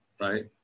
right